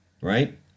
right